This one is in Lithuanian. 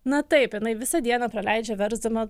na taip jinai visą dieną praleidžia versdama